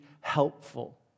helpful